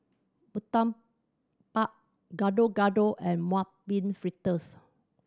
murtabak Gado Gado and Mung Bean Fritters